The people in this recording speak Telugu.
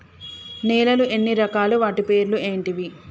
నేలలు ఎన్ని రకాలు? వాటి పేర్లు ఏంటివి?